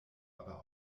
aber